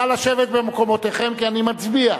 נא לשבת במקומותיכם כי אני מצביע.